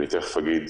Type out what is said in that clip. ותיכף אגיד